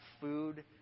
food